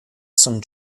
some